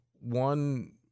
one